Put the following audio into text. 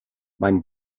mein